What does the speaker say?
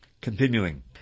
Continuing